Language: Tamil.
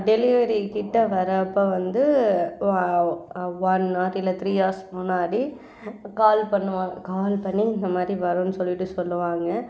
டெலிவரி கிட்ட வர்றப்போ வந்து ஒன் ஹார் இல்லை த்ரீ ஹார்ஸ்க்கு முன்னாடி கால் பண்ணுவாங்க கால் பண்ணி இந்த மாரி வரோன்னு சொல்லிவிட்டு சொல்லுவாங்க